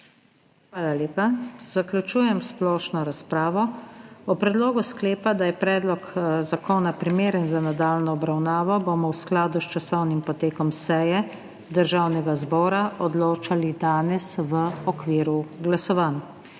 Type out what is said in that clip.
Hvala lepa. Zaključujem splošno razpravo. O predlogu sklepa, da je predlog zakona primeren za nadaljnjo obravnavo, bomo v skladu s časovnim potekom seje Državnega zbora odločali danes v okviru glasovanj.